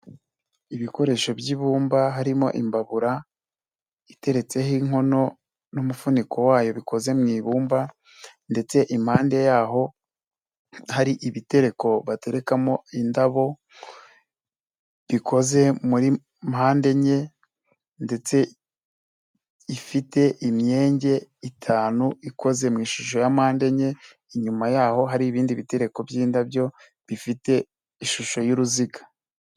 Ibikoresho by'ibumba harimo imbabura iteretseho inkono n'umufuniko wayo bikoze mu ibumba, ndetse impande yaho hari ibitereko baterekamo indabo, bikoze muri mpande enye ndetse ifite imyenge itanu ikoze mu ishusho ya mpande enye, inyuma yaho hari ibindi bitetereko by'indabyo bifite ishusho y'uruziga.